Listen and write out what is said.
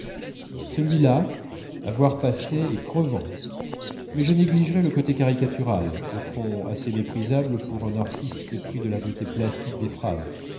celui-là à voir passer est crevant mais je négligerais le côté caricatural au fond assez méprisable pour un artiste épris de la beauté plastique des phrases